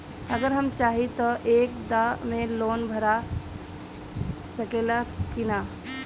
अगर हम चाहि त एक दा मे लोन भरा सकले की ना?